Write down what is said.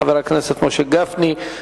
חבר הכנסת משה גפני.